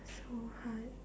so hard